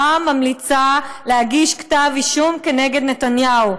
ממליצה להגיש כתב אישום כנגד נתניהו,